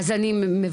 אז אני מבקשת.